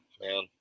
man